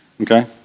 Okay